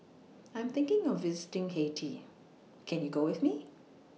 I Am thinking of visiting Haiti Can YOU Go with Me